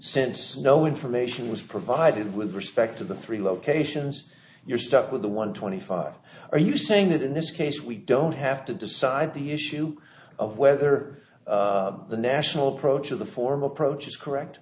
since no information was provided with respect to the three locations you're stuck with the one twenty five are you saying that in this case we don't have to decide the issue of whether the national procida form approach is correct